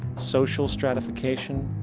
social stratification,